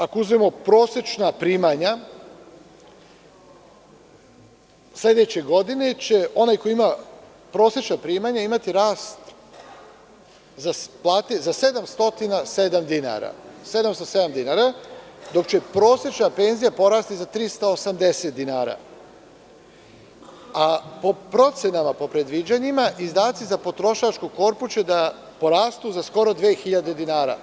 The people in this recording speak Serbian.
Ako uzmemo prosečna primanja, sledeće godine će onaj koji ima prosečna primanja imati rast plate za 707 dinara, dok će prosečna penzija porasti za 380 dinara, a po procenama, po predviđanjima, izdaci za potrošačku korpu će da porastu za skoro 2.000 dinara.